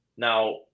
Now